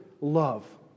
love